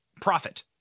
profit